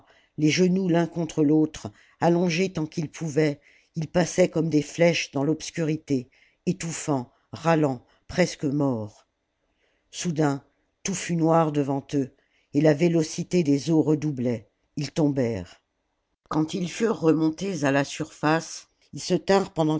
les genoux l'un contre l'autre allongés tant qu'ils pouvaient ils passaient comme des flèches salammbo dans l'obscurité étouffant râlant presque morts soudain tout fut noir devant eux et la vélocité des eaux redoublait ils tombèrent quand ils furent remontés à la surface ils se tinrent pendant